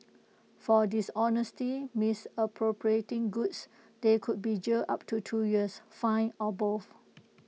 for dishonestly misappropriating goods they could be jailed up to two years fined or both